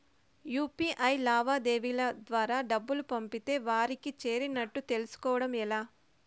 UPI లావాదేవీల ద్వారా డబ్బులు పంపితే వారికి చేరినట్టు తెలుస్కోవడం ఎలా?